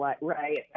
right